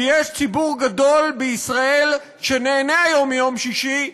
כי יש ציבור גדול בישראל שנהנה היום מיום שישי,